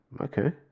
Okay